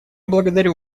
благодарю